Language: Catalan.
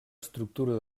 estructura